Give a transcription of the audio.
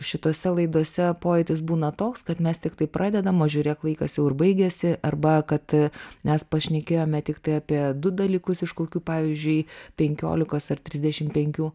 šitose laidose pojūtis būna toks kad mes tiktai pradedam o žiūrėk laikas jau ir baigėsi arba kad mes pašnekėjome tiktai apie du dalykus iš kokių pavyzdžiui penkiolikos ar trisdešim penkių